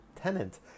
tenant